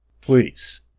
Please